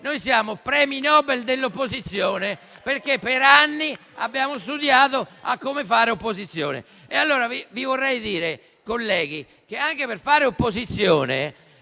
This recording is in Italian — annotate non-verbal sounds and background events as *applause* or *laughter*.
Noi siamo premi Nobel dell'opposizione, perché per anni abbiamo studiato come fare opposizione. *applause* Allora, vi vorrei dire, colleghi, che anche per fare opposizione,